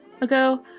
ago